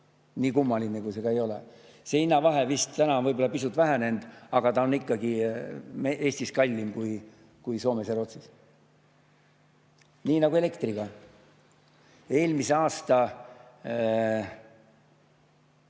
nii kummaline kui see ka ei ole. See hinnavahe on täna võib-olla pisut vähenenud, aga ta on ikkagi Eestis kallim kui Soomes ja Rootsis. Nii nagu elektriga. Eelmise aasta